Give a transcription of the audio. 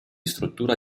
struttura